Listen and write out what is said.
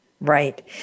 Right